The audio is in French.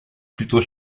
plutôt